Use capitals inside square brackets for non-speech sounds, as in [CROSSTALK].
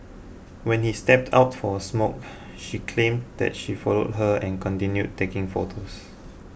when he stepped out for a smoke [NOISE] she claims that she followed her and continued taking photos